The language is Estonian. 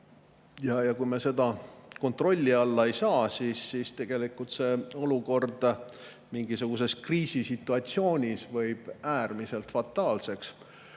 Ja kui me seda kontrolli alla ei saa, siis tegelikult see olukord võib mingisuguses kriisisituatsioonis äärmiselt fataalseks kujuneda.